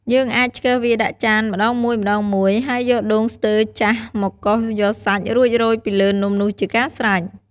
យើងអាចឆ្កឹះវាដាក់ចានម្ដងមួយៗ ហើយយកដូងស្ទើរចាស់មកកោសយកសាច់ រួចរោយពីលើនំនោះជាការស្រេច។